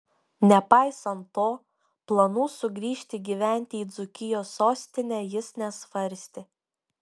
nepaisant to planų sugrįžti gyventi į dzūkijos sostinę jis nesvarstė